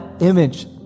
image